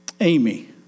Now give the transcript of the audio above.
Amy